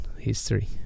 history